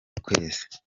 ukwezi